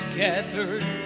gathered